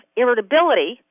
irritability